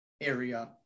area